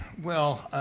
well,